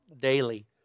daily